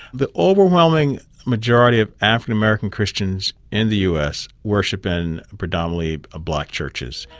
the overwhelming majority of african-american christians in the us worship in predominantly black churches.